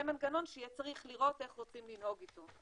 זה מנגנון שיהיה צריך לראות איך רוצים לנהוג איתו.